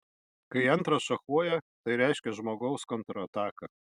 kai antras šachuoja tai reiškia žmogaus kontrataką